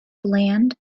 bland